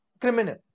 criminal